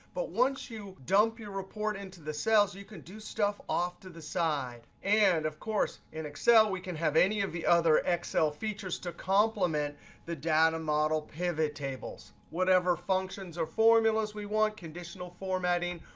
but once you dump your report into the cells, you can do stuff off to the side. and of course, in excel, we can have any of the other excel features to complement the data model pivottables. whatever functions or formulas we want, conditional formatting,